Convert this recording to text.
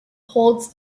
holds